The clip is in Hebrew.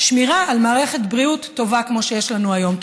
שמירה על מערכת בריאות טובה כמו שיש לנו היום.